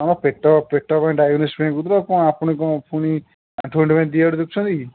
ଆପଣ ପେଟ ପେଟ କ'ଣ ଡାଇଗ୍ନୋସିସ୍ ପାଇଁ କହୁଥିଲ କ'ଣ ଆପଣ କ'ଣ ଫୁଣି ଆଣ୍ଠୁ ଗଣ୍ଠି ପାଇଁ ଦୁଇ ଆଡ଼ୁ ଦେଖୁଛନ୍ତି କି